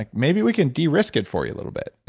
like maybe we can de-risk it for you a little bit,